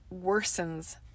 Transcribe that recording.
worsens